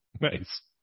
Nice